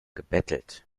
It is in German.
gebettelt